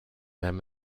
them